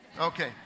Okay